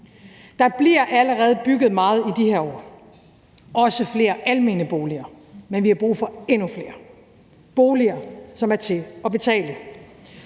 Der bliver allerede bygget meget i de her år, også flere almene boliger, men vi har brug for endnu flere – boliger, som er til at betale.